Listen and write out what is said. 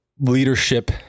leadership